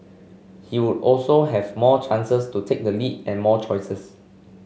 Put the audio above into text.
he would also have more chances to take the lead and more choices